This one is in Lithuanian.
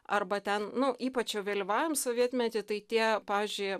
arba ten nu ypač jau vėlyvajam sovietmety tai tie pavyzdžiui